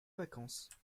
vacances